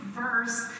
verse